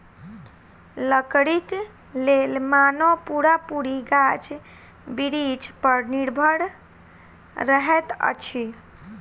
लकड़ीक लेल मानव पूरा पूरी गाछ बिरिछ पर निर्भर रहैत अछि